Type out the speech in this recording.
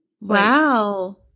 Wow